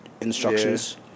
Instructions